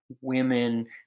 women